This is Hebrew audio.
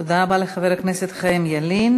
תודה רבה לחבר הכנסת חיים ילין.